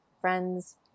friends